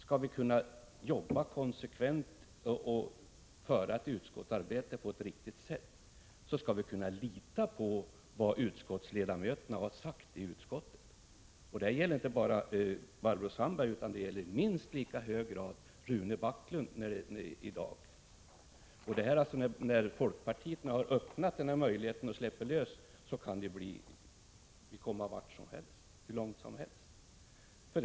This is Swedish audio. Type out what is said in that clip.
Skall vi kunna jobba | konsekvent och bedriva utskottsarbete på ett riktigt sätt, måste vi kunna lita | på vad utskottsledamöterna har sagt i utskottet. Det gäller inte bara Barbro Sandberg, utan det gäller i minst lika hög grad Rune Backlund i dag. När folkpartiet nu har öppnat den här möjligheten kan vi komma hur långt som helst.